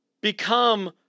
become